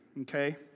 okay